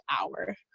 hour